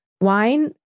Wine